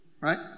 right